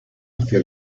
hacia